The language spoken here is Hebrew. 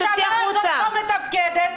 הממשלה הזאת לא מתפקדת,